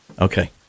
Okay